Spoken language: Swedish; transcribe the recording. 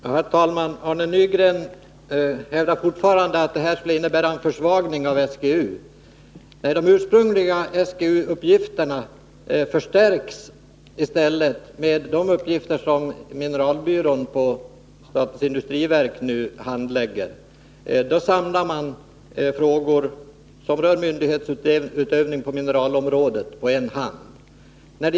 Herr talman! Arne Nygren hävdar fortfarande att förslaget innebär en försvagning av SGU. I stället förstärks de ursprungliga SGU-uppgifterna med de uppgifter som mineralbyrån på statens industriverk nu handlägger. Man samlar alltså frågor som rör myndighetsutövning på mineralområdet på en hand.